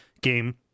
game